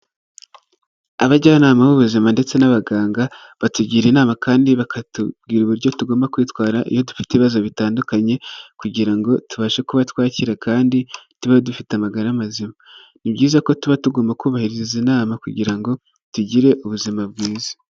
Abajyanama b'ubuzima ndetse n'abaganga batugira inama kandi bakatubwira uburyo tugomba kwitwara iyo dufite ibibazo bitandukanye kugira ngo tubashe kuba twakira kandi tuba dufite amagara mazima. Ni byiza ko tuba tugomba kubahiriza izi nama kugira ngo tugire ubuzima bwiza.